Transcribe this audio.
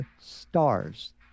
stars